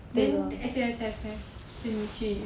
then S_U_S_S leh then 你去